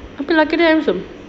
tapi laki dia handsome